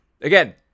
again